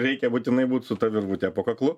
reikia būtinai būt su ta virvutė po kaklu